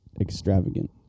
extravagant